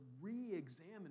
re-examine